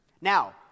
Now